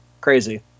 Crazy